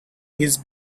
his